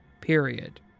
period